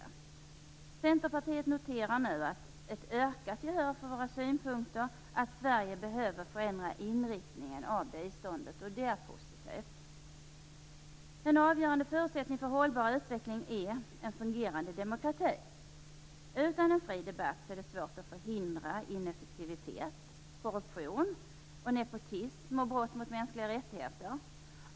Vi i Centerpartiet noterar nu ett ökat gehör för våra synpunkter att Sverige behöver förändra inriktningen av biståndet. Det är positivt. En avgörande förutsättning för hållbar utveckling är en fungerande demokrati. Utan en fri debatt är det svårt att förhindra ineffektivitet, korruption, nepotism och brott mot mänskliga rättigheter.